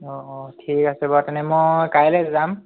অঁ অঁ ঠিক আছে বাৰু তেনে মই কাইলৈ যাম